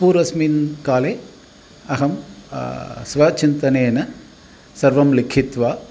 पूर्वस्मिन् काले अहं स्वचिन्तनेन सर्वं लिखित्वा